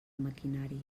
maquinari